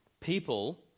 people